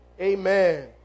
Amen